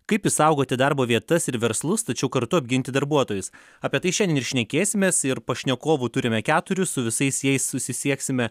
kaip išsaugoti darbo vietas ir verslus tačiau kartu apginti darbuotojus apie tai šiandien ir šnekėsimės ir pašnekovų turime keturis su visais jais susisieksime